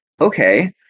okay